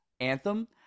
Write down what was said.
anthem